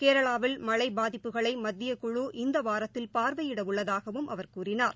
கேரளாவில் மழைபாதிப்புகளைமத்தியக்குழு இந்தவாரத்தில் பார்வையிடஉள்ளதாகவும் அவர் கூறினார்